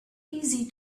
easy